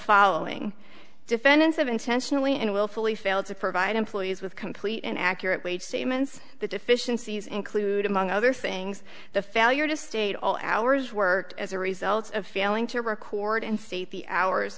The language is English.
following defendants have intentionally and willfully failed to provide employees with complete and accurate weight statements the deficiencies include among other things the failure to state all hours worked as a result of failing to record and state the hours